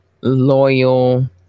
loyal